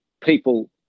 people